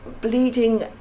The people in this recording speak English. bleeding